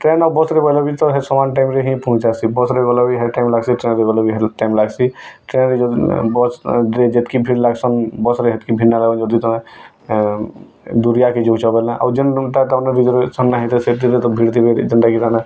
train ଆଉ ବସ୍ରେ ବଏଲେ ବି ତ ହେ ସମାନ୍ ଟାଇମ୍ରେ ହିଁ ପୁହଞ୍ଚିସି ବସ୍ରେ ଗଲେ୍ ବି ହେ ଟାଇମ୍ ଲାଗ୍ସି ଟ୍ରେନ୍ରେ ଗଲେବି ହେ ଟାଇମ୍ ଲାଗ୍ସି ଟ୍ରେନ୍ରେ ବସ୍ରେ ଯେତ୍କି ଭିଡ଼୍ ଲାଗ୍ସନ୍ ବସ୍ରେ ବି ସେତ୍କି ଭିଡ଼୍ ଲାଗ୍ସନ୍ ଯଦି ତମେ ଦୂରିଆକେ ଯଉଛ ବୋଲେ ଜେନ୍ଟା ତମର୍ ତାମାନେ ରିଜରଭେସନ୍ ନିହେଇଥାଏ ସେଥିରେ ତ ଭିଡ଼୍ ଥିବେ ଯେନ୍ତାକି